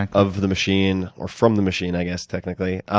like of the machine, or from the machine i guess, technically.